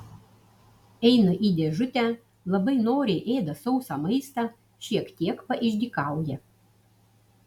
eina į dėžutę labai noriai ėda sausą maistą šiek tiek paišdykauja